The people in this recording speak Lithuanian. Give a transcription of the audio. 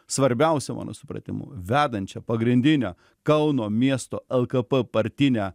svarbiausia mano supratimu vedančia pagrindinio kauno miesto lkp partinę